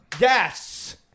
Yes